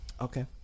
Okay